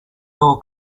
door